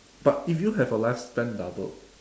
but if you have a lifespan doubled